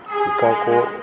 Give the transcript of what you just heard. Chicago